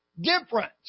different